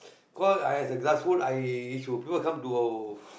cause I as a grassroot I should people will come to